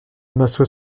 m’assois